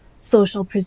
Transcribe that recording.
social